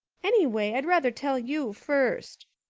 anyway, i'd rather tell you first.